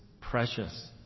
precious